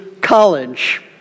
college